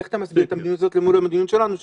איך אתה מסביר את המדיניות הזו מול המדיניות שלנו?